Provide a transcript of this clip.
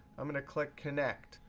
i'm going to click connect.